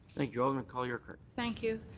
thank you. alderman colley-urquhart. thank you.